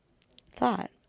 Thought